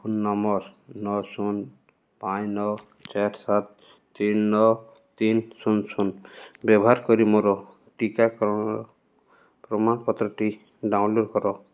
phone number ନଅ ଶୂନ ପାଞ୍ଚ ନଅ ଚାରି ସାତ ତିନି ନଅ ତିନି ଶୂନ ଶୂନ ବ୍ୟବହାର କରି ମୋର ଟିକାକରଣର ପ୍ରମାଣପତ୍ରଟି ଡାଉନଲୋଡ଼୍ କର